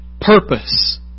purpose